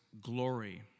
glory